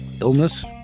illness